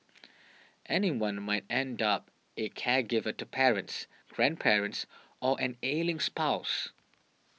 anyone might end up a caregiver to parents grandparents or an ailing spouse